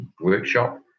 workshop